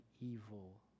evil